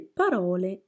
parole